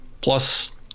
plus